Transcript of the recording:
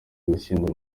gushyingura